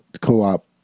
co-op